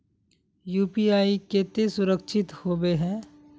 UPI केते सुरक्षित होबे है?